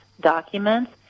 Documents